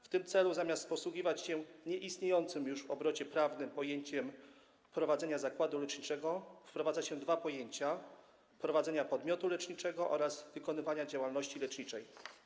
W tym celu zamiast posługiwać się nieistniejącym już w obrocie prawnym pojęciem prowadzenia zakładu leczniczego wprowadza się dwa pojęcia: prowadzenia podmiotu leczniczego oraz wykonywania działalności leczniczej.